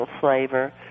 flavor